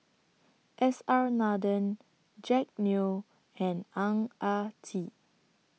S R Nathan Jack Neo and Ang Ah Tee